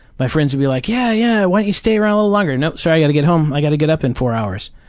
my friends would be like, yeah, yeah, why don't you stay around a little longer? nope, sorry, i gotta get home, i gotta get up in four hours.